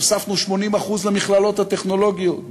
הוספנו 80% למכללות הטכנולוגיות,